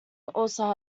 also